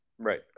Right